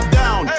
down